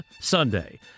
Sunday